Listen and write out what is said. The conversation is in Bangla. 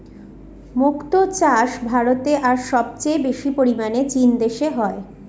মক্তো চাষ ভারতে আর সবচেয়ে বেশি পরিমানে চীন দেশে হয়